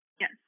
Yes